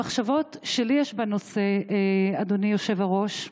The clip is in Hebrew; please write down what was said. המחשבות שיש לי בנושא, אדוני היושב-ראש,